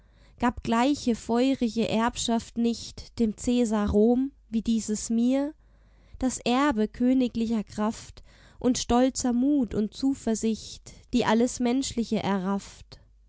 gab gleiche feurige erbschaft nicht dem cäsar rom wie dieses mir das erbe königlicher kraft und stolzer mut und zuversicht die alles menschliche errafft